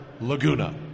Laguna